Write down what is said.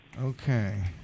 Okay